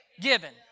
given